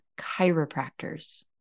chiropractors